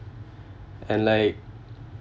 and like